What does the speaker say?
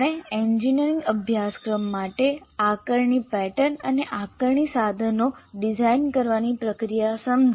આપણે એન્જિનિયરિંગ અભ્યાસક્રમ માટે આકારણી પેટર્ન અને આકારણી સાધનો ડિઝાઇન કરવાની પ્રક્રિયા સમજી